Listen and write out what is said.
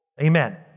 Amen